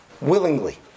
willingly